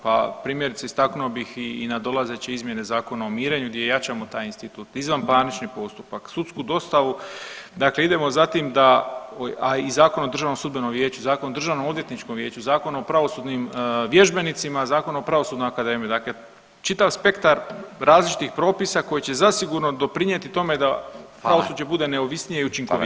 Pa primjerice istaknuo bih i nadolazeće izmjene Zakona o mirenju gdje jačamo taj institut, izvanparnični postupak, sudsku dostavu, dakle idemo za tim da, a i Zakon o DSV, Zakon o državnom odvjetničkom vijeću, Zakon o pravosudnim vježbenicima, Zakon o pravosudnoj akademiji, dakle čitav spektar različitih propisa koji će zasigurno doprinjeti tome da pravosuđe bude neovisnije i učinkovitije.